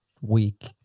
week